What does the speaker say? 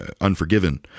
unforgiven